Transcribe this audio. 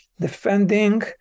defending